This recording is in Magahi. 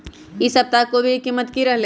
ई सप्ताह कोवी के कीमत की रहलै?